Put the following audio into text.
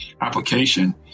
application